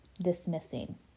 dismissing